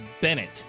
Bennett